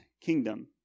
kingdom